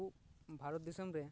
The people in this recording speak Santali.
ᱟᱵᱚ ᱵᱷᱟᱨᱚᱛ ᱫᱤᱥᱚᱢ ᱨᱮ